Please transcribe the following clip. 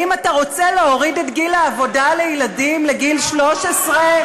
האם אתה רוצה להוריד את גיל העבודה לגיל 13?